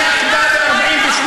היא אף פעם לא הייתה בירה של עם אחר.